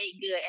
good